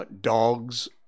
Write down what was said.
dogs